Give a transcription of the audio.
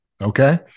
okay